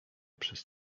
przez